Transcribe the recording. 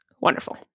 wonderful